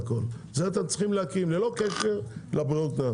את זה אתם צריכים להקים ללא קשר לברירות קנס.